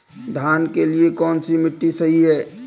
धान के लिए कौन सी मिट्टी सही है?